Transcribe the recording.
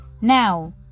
Now